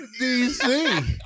DC